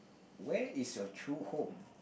where is your true home